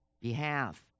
behalf